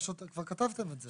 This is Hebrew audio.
כבר כתבתם את זה.